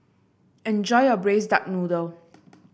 enjoy your Braised Duck Noodle